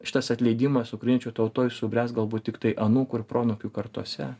šitas atleidimas ukrainiečių tautoj subręs galbūt tiktai anūkų ir proanūkių kartose